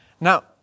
Now